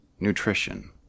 nutrition